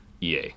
EA